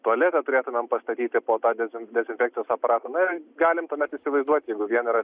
tualete turėtumėm pastatyti po tą dezin dezinfekcijos aparatą na galim tuomet įsivaizduoti jeigu vien yra